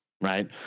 Right